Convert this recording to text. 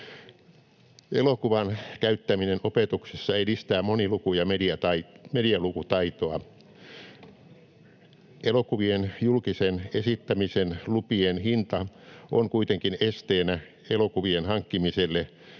Elokuvan käyttäminen opetuksessa edistää moniluku- ja medialukutaitoa. Elokuvien julkisen esittämisen lupien hinta on kuitenkin esteenä elokuvien hankkimiselle,